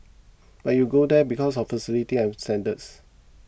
but you go there because of facilities and standards